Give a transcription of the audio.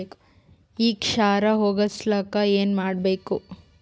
ಈ ಕ್ಷಾರ ಹೋಗಸಲಿಕ್ಕ ಏನ ಮಾಡಬೇಕು?